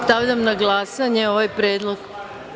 Stavljam na glasanje ovaj predlog.